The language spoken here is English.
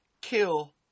kill